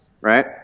right